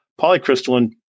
Polycrystalline